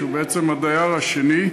שהוא בעצם הדייר השני,